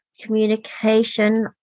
communication